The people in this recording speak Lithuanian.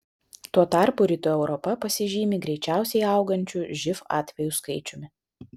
tuo tarpu rytų europa pasižymi greičiausiai augančiu živ atvejų skaičiumi